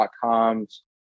.coms